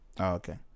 Okay